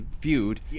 feud